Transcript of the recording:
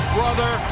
Brother